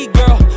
girl